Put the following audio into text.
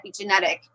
epigenetic